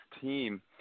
team